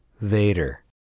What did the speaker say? Vader